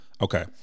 okay